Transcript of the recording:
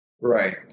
Right